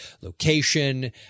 location